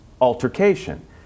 altercation